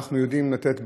אנחנו יודעים לתת,